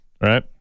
right